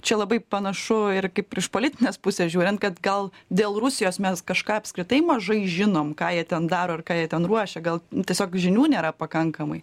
čia labai panašu ir kaip ir iš politinės pusės žiūrint kad gal dėl rusijos mes kažką apskritai mažai žinom ką jie ten daro ir ką jie ten ruošia gal tiesiog žinių nėra pakankamai